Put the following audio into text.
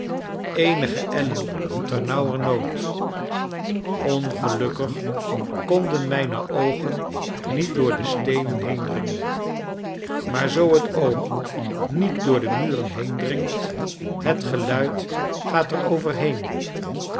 eenige ellen ternauwernood ongelukkig konden mijne oogen niet door de steenen heendringen maar zoo het oog niet door de muren heendringt het geluid gaat